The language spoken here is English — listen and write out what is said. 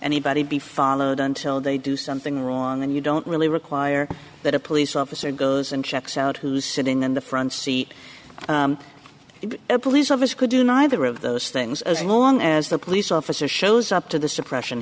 anybody be followed until they do something wrong and you don't really require that a police officer goes and checks out who's sitting in the front seat if a police officer could do neither of those things as long as the police officer shows up to the suppressi